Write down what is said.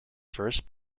first